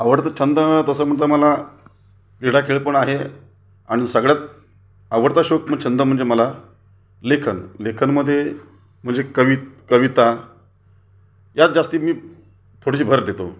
आवडता छंद तसं म्हटलं मला क्रीडा खेळ पण आहे आणि सगळ्यात आवडता शौक मग छंद म्हणजे मला लेखन लेखनमध्ये म्हणजे कवी कविता यात जास्ती मी थोडीशी भर देतो